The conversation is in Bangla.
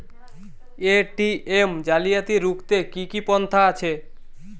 এ.টি.এম জালিয়াতি রুখতে কি কি পন্থা আছে?